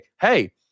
hey